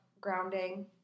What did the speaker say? grounding